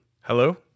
Hello